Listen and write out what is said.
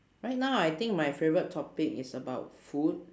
right now I think my favourite topic is about food